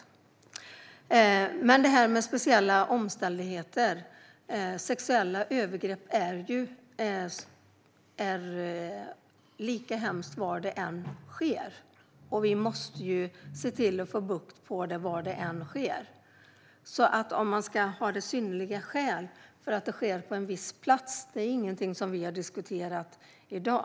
Sedan var det frågan om speciella omständigheter. Sexuella övergrepp är lika hemska var de än sker. Vi måste se till att få bukt med dem var de än sker. Om det ska vara fråga om synnerliga skäl om övergrepp sker på en viss plats är inget som vi har diskuterat i dag.